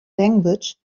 language